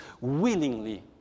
willingly